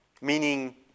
meaning